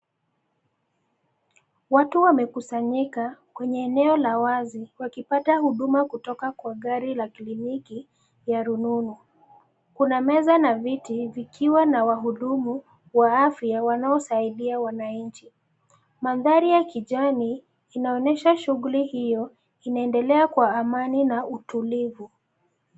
Watu wamekusanyika kwenye eneo la wazi wakipata huduma kutoka kwa gari la kiliniki ya rununu. Kuna meza na viti vikiwa na wahudumu wa afya wanaosaidia wananchi. Mandhari ya kijani inaonyesha shughuli hiyo inaendelea kwa amani na utulivu.